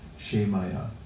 Shemaya